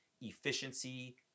efficiency